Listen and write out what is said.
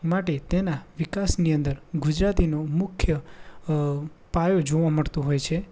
માટે તેના વિકાસની અંદર ગુજરાતીનું મુખ્ય પાયો જોવા મળતો હોય છે